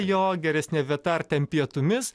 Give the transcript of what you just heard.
jo geresne vieta ar ten pietumis